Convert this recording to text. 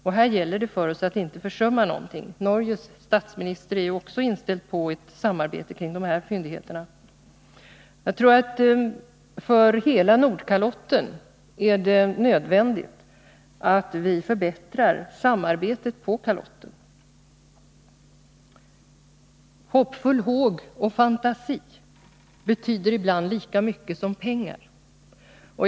Härvidlag gäller det för oss att inte försumma några tillfällen, och Norges statsminister är ju också inställd på ett samarbete kring dessa fyndigheter. Jag tror att det för hela Nordkalotten är nödvändigt att vi förbättrar samarbetet på Kalotten. Hoppfull håg och fantasi betyder ibland lika mycket som pengar.